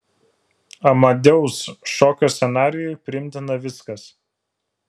amadeus šokio scenarijui priimtina viskas